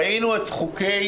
ראינו את החוקים